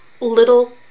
little